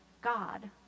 God